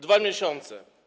2 miesiące.